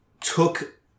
took